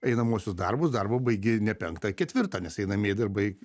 einamuosius darbus darbą baigi ne penktą o ketvirtą nes einamieji darbai